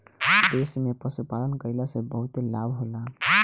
देश में पशुपालन कईला से बहुते लाभ होला